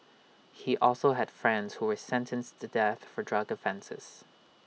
he also had friends who were sentenced to death for drug offences